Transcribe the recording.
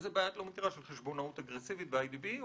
איזו בעיה את לא מכירה חשבונאות אגרסיבית באיי די בי?